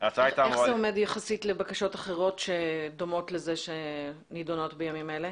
איך זה עומד יחסית לבקשות אחרות שדומות לזה ונדונות בימים אלה?